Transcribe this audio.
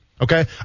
Okay